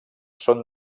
són